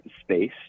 space